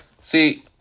see